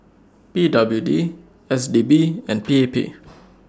P W D S D P and P A P